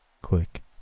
Click